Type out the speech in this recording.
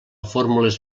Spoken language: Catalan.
fórmules